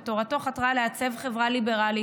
ותורתו חתרה לעצב חברה ליברלית,